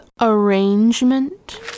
arrangement